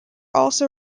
also